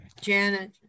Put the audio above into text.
Janet